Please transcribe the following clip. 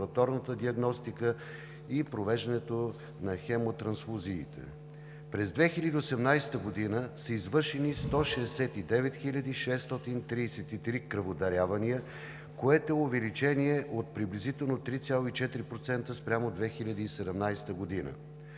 с лабораторната диагностика, и провеждането на хемотрансфузиите. През 2018 г. са извършени 169 хил. 633 кръводарявания, което е увеличение от приблизително 3,4% спрямо 2017 г.